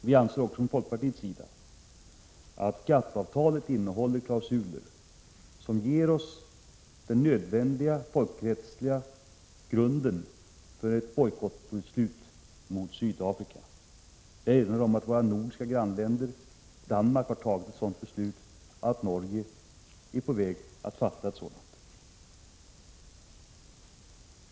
Vi anser också från folkpartiets sida att GATT-avtalet innehåller klausuler som ger oss den nödvändiga folkrättsliga grunden för ett beslut om bojkott mot Sydafrika. Jag erinrar om att vårt nordiska grannland Danmark har fattat ett sådant beslut och att Norge är på väg att göra det.